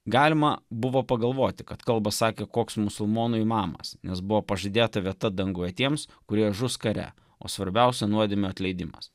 galima buvo pagalvoti kad kalba sakė koks musulmonų įmanomas nes buvo pažadėta vieta danguje tiems kurie žus kare o svarbiausia nuodėmių atleidimas